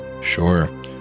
Sure